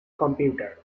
computer